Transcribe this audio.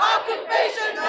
Occupation